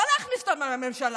לא להכניס אותם לממשלה,